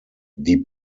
die